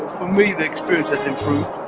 me the experience has improved,